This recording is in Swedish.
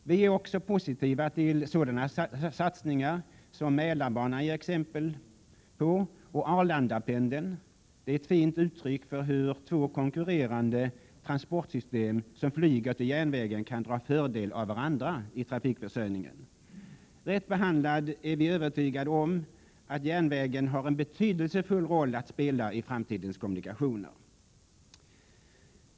Vi är också positiva till sådana satsningar som Mälarbanan ger exempel på och Arlandapendeln, som är ett fint uttryck för hur två konkurrerande transportsystem som flyget och järnvägen kan dra fördel av varandra i trafikförsörjningen. Vi är övertygade om att järnvägen, rätt behandlad, har en betydelsefull roll att spela i framtidens kommunikationer.